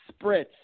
spritz